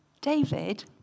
David